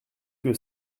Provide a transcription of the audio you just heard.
que